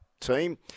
team